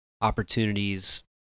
Opportunities